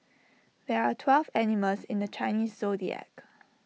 there are twelve animals in the Chinese Zodiac